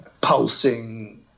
pulsing